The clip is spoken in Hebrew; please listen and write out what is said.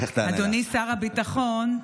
אדוני שר הביטחון,